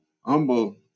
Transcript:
humble